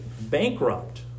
bankrupt